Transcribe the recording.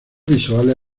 visuales